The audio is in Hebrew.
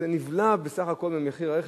וזה נבלע בסך הכול במחיר הרכב.